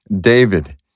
David